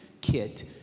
kit